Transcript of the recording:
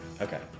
Okay